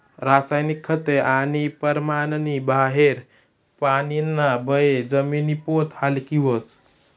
रासायनिक खते आणि परमाननी बाहेर पानीना बये जमिनी पोत हालकी व्हस